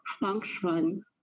function